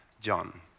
John